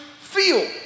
feel